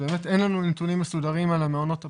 אין לנו נתונים מסודרים על המעונות הפרטיים.